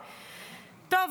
טוב,